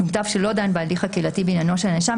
למותב שלא דן בהליך הקהילתי בעניינו של הנאשם,